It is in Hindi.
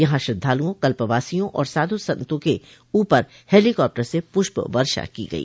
यहां श्रद्धालुआ कल्पवासियों और साधु संतो के ऊपर हेलीकॉप्टर से पूष्प वर्षा की गई